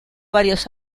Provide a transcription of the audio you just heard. varios